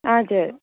हजुर